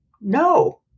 No